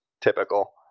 typical